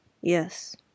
Yes